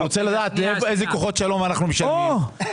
אני רוצה לדעת לאיזה כוחות שלום אנו משלמים ולאו"ם.